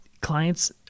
clients